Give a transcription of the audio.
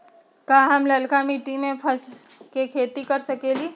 का हम लालका मिट्टी में फल के खेती कर सकेली?